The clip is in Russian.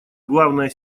главная